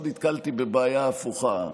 פה נתקלתי בבעיה הפוכה: